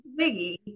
biggie